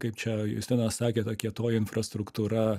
kaip čia justinas sakė ta kietoji infrastruktūra